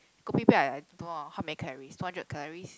kopi peng I I don't know how many calories four hundred calories